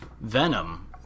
Venom